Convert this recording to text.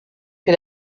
que